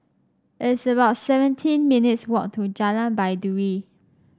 it's about seventeen minutes' walk to Jalan Baiduri